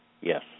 Yes